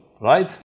right